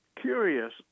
curious